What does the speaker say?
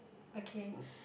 okay